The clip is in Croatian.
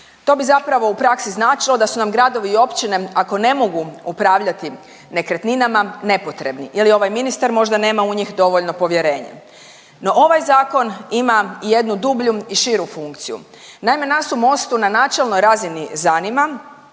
To bi zapravo u praksi značilo da su nam gradovi i općine ako ne mogu upravljati nekretninama, nepotrebni. Ili ovaj ministar možda nema u njih dovoljno povjerenja. No ovaj zakon ima jednu dublju i širu funkciju. Naime nas u Mostu na načelnoj razini zanima,